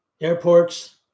airports